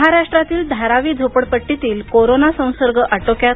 महाराष्ट्रातील धारावी झोपडपट्टीतील कोरोना संसर्ग आटोक्यात